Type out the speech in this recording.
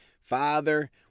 Father